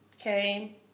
Okay